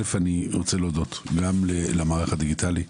א' אני רוצה להודות גם למערך הדיגיטלי,